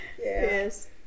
Yes